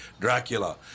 Dracula